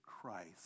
Christ